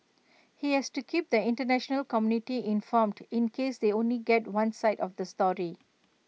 he has to keep the International community informed in case they only get one side of the story